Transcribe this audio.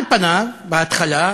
על פניו, בהתחלה,